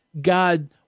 God